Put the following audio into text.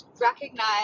recognize